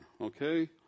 okay